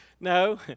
no